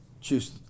choose